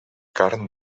carn